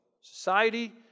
society